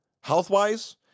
health-wise